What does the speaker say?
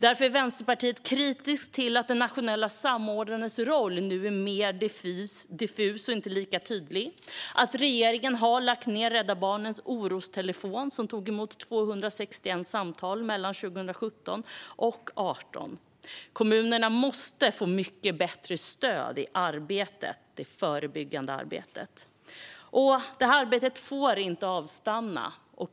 Därför är Vänsterpartiet kritiskt till att den nationella samordnarens roll nu är mer diffus och inte lika tydlig och att regeringen har lagt ned Rädda Barnens orostelefon, som tog emot 261 samtal mellan 2017 och 2018. Kommunerna måste få mycket bättre stöd i det förebyggande arbetet. Det här arbetet får inte avstanna.